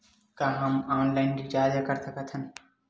का हम online recharge कर सकत हन?